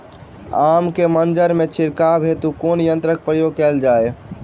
आम केँ मंजर मे छिड़काव हेतु कुन यंत्रक प्रयोग कैल जाय?